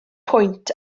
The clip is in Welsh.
pwynt